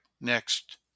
next